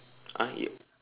!huh! y~